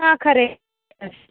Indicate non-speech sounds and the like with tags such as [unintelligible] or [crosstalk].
ಹಾಂ ಖರೆ [unintelligible]